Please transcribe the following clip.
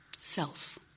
self